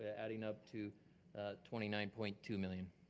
adding up to twenty nine point two million.